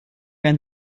ein